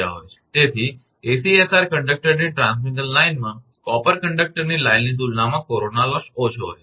તેથી ACSR કંડક્ટરની transmission લાઇનમાં કોપર કંડક્ટરની લાઇનની તુલનામાં કોરોના લોસ ઓછો હોય છે